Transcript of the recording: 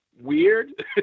weird